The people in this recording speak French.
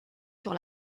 sur